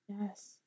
Yes